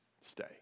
Stay